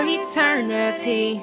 eternity